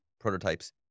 prototypes